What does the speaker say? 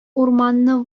урманны